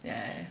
yeah